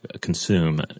consume